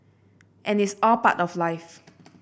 and it's all part of life